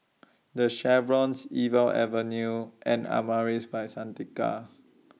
The Chevrons Iqbal Avenue and Amaris By Santika